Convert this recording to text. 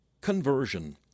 conversion